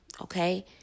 Okay